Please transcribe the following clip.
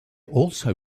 also